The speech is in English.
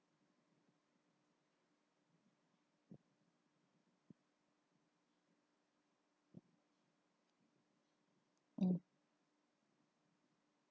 um